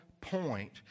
point